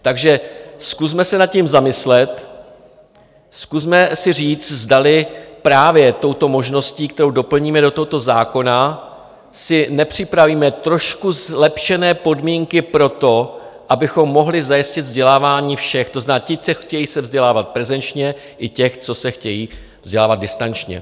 Takže zkusme se nad tím zamyslet, zkusme si říci, zdali právě touto možností, kterou doplníme do tohoto zákona, si nepřipravíme trošku zlepšené podmínky pro to, abychom mohli zajistit vzdělávání všech, to znamená těch, co se chtějí vzdělávat prezenčně, i těch, co se chtějí vzdělávat distančně.